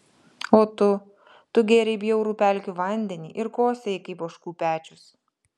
o tu tu gėrei bjaurų pelkių vandenį ir kosėjai kaip ožkų pečius